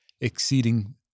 exceeding